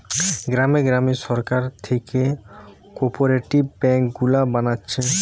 গ্রামে গ্রামে সরকার থিকে কোপরেটিভ বেঙ্ক গুলা বানাচ্ছে